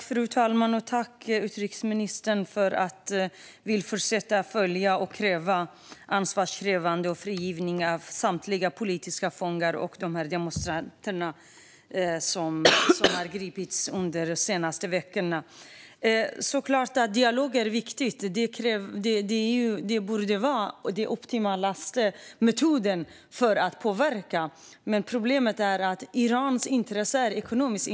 Fru talman! Jag tackar utrikesministern för att hon vill fortsätta att följa detta och fortsätta att utkräva ansvar samt frigivning av samtliga politiska fångar och av de demonstranter som har gripits under de senaste veckorna. Det är klart att dialog är viktigt. Det borde vara den optimala metoden för att påverka. Problemet är att Irans intressen är ekonomiska.